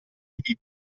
lividi